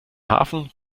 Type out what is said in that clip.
hafen